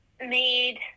made